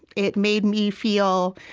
it made me feel,